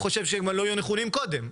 אני חושב שהם לא היו נכונים גם קודם,